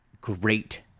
great